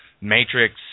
Matrix